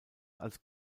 als